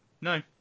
no